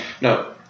No